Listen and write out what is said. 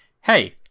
hey